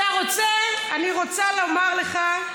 אתה רוצה, אני רוצה לומר לך,